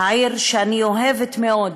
העיר שאני אוהבת מאוד,